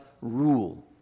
rule